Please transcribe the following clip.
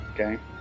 Okay